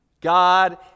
God